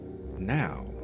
Now